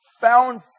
found